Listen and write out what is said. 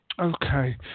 Okay